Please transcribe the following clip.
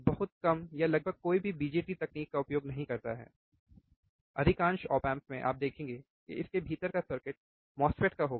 बहुत कम या लगभग कोई भी BJT तकनीक का उपयोग नहीं करता है अधिकांश op amps में आप देखेंगे कि इसके भीतर का सर्किट MOSFET का होगा